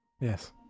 Yes